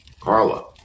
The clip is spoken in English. Carla